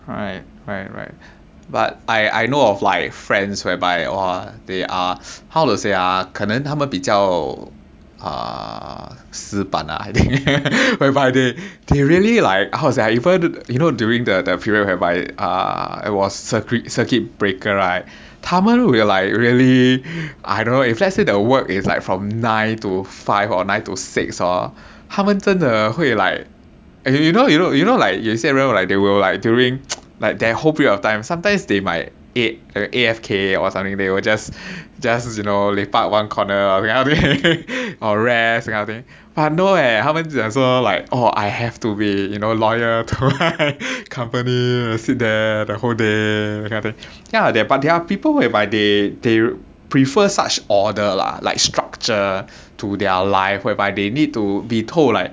right right right but I know I know of like friends whereby uh they are how to say ah 可能他们比较 err 死板 lah I think whereby they really like how to say ah you've know you know during the period whereby uh it was circuit circuit breaker right 他们 will like really I don't know if let's say the work is like from nine to five or nine to six hor 他们真的会 like uh you know you know you know like 有些人 they like they will like during like their whole period of time sometimes they might eh A_F_K or something they were just just you know lepak one corner that kind of thing or rest that kind of thing but no eh 他们讲说 oh you know I've to be loyal to my company like sit there the whole day that kind of thing but yeah there are people whereby they they prefer such order lah like structure to their life whereby they need to be told like~